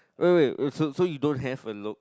wait wait so so you don't have a low